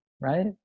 right